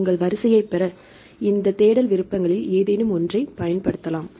உங்கள் வரிசையைப் பெற இந்த தேடல் விருப்பங்களில் ஏதேனும் ஒன்றைப் பயன்படுத்தலாம்